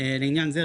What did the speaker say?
לעניין זה,